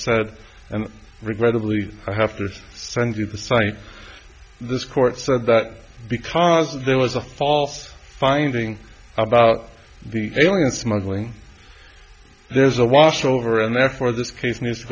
said and regrettably i have to send you the cite this court said that because there was a false finding about the alien smuggling there's a wash over and therefore this case needs to